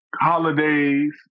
Holidays